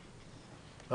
למנהלת,